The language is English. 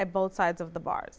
at both sides of the bars